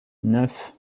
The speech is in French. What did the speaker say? neuf